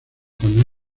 tan